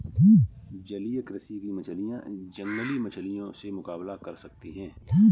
जलीय कृषि की मछलियां जंगली मछलियों से मुकाबला कर सकती हैं